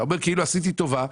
אתה אומר כאילו עשיתי טובה,